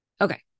Okay